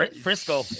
Frisco